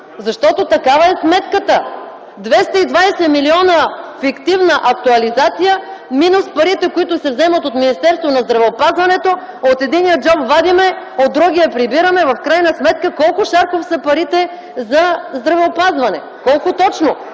Защото такава е сметката – 220 милиона фиктивна актуализация минус парите, които се вземат от Министерството на здравеопазването. От единия джоб вадим, в другия прибираме. В крайна сметка колко, Шарков, са парите за здравеопазване? Колко точно?